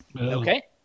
Okay